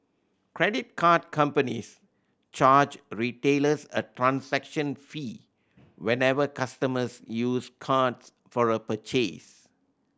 credit card companies charge retailers a transaction fee whenever customers use cards for a purchase